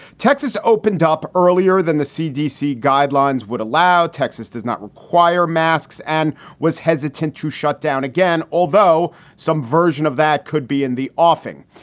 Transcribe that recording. texas opened up earlier than the cdc guidelines would allow. texas does not require masks and was hesitant to shut down again, although some version of that could be in the offing.